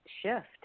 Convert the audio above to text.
shift